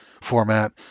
format